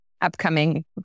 upcoming